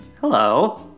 Hello